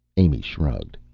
amy shrugged.